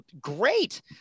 great